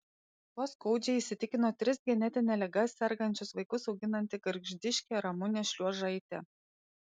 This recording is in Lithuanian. tuo skaudžiai įsitikino tris genetine liga sergančius vaikus auginanti gargždiškė ramunė šliuožaitė